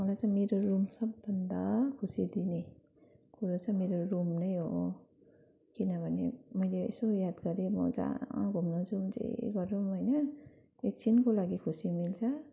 मलाई चाहिँ मेरो रुम सबभन्दा खुसी दिने कुरो चाहिँ मेरो रुम नै हो किनभने मैले यसो याद गरे म जहाँ घुम्नु जाउ जे गरुँ होइन एकछिनको लागि खुसी मिल्छ